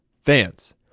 fans